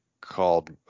called